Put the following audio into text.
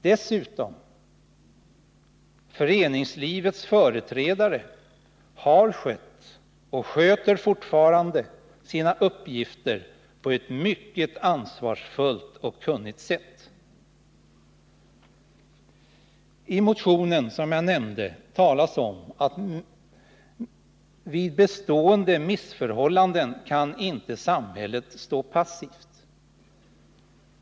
Dessutom har föreningslivets företrädare skött och sköter fortfarande sina uppgifter på ett mycket ansvarsfullt och kunnigt sätt. I motionen som jag nämnde talas om att vid bestående missförhållanden samhället inte kan stå passivt.